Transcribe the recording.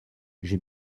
j’ai